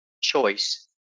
choice